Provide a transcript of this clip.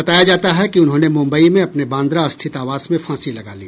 बताया जाता है कि उन्होंने मुंबई में अपने बांद्रा स्थित आवास में फांसी लगा ली